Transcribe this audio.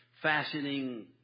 fashioning